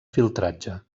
filtratge